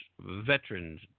Veterans